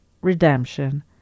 redemption